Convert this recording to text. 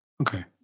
Okay